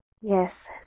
yes